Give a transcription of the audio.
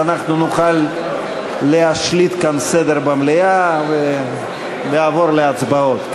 נוכל להשליט כאן סדר במליאה ולעבור להצבעות.